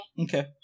Okay